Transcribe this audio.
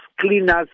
cleaners